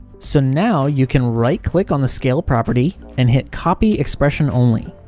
so now, you can right-click on the scale property and hit copy expression only.